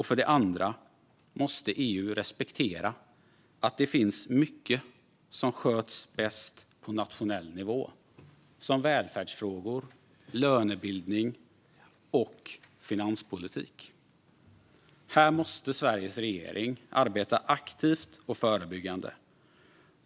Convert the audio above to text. För det andra måste EU respektera att det finns mycket som sköts bäst på nationell nivå, såsom välfärdsfrågor, lönebildning och finanspolitik. Här måste Sveriges regering arbeta aktivt och förebyggande.